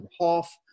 half